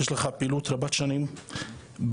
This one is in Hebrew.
יש לך פעילות רבת שנים בהצלה.